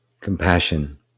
Compassion